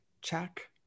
check